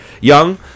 Young